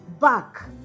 back